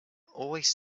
always